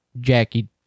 Jackie